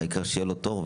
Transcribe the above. העיקר שיהיה לו תור,